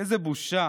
איזו בושה.